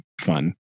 fun